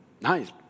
Nice